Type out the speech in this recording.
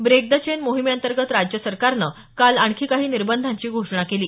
break the chain मोहिमेअंतर्गत राज्य सरकारनं काल आणखी काही निर्बंधांची घोषणा केली